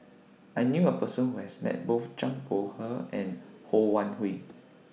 I knew A Person Who has Met Both Zhang Bohe and Ho Wan Hui